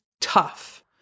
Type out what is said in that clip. tough